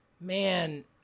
man